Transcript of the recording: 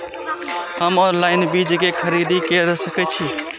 हम ऑनलाइन बीज के खरीदी केर सके छी?